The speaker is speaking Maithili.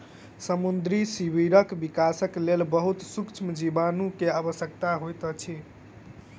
समुद्री सीवरक विकासक लेल बहुत सुक्ष्म जीवाणु के आवश्यकता होइत अछि